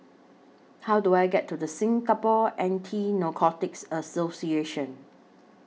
How Do I get to Singapore Anti Narcotics Association